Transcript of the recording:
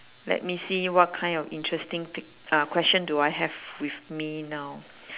let me see what kind of interesting pic~ uh question do I have with me now